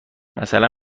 مثلا